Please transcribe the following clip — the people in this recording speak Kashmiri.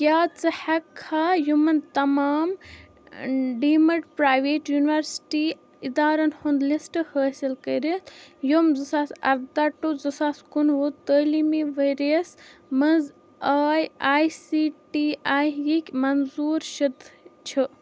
کیٛاہ ژٕ ہیٚکھا یِمَن تمام ڈیٖمڈ پرٛاویٹ یُنورسِٹی اِدارن ہُنٛد لسٹ حٲصِل کٔرتھ یِم اردَہ ٹو زٕساس کُنوُہ تعلیٖمی ورۍ یَس مَنٛز A I C T E یٕک منظوٗر شُدٕ چھِ؟